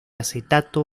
acetato